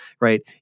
right